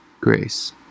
grace